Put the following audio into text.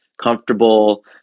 comfortable